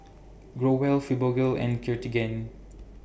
Growell Fibogel and Cartigain